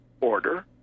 order